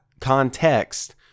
context